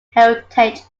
heritage